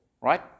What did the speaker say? right